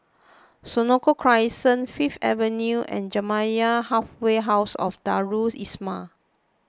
Senoko Crescent Fifth Avenue and Jamiyah Halfway House Darul Islah